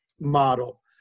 model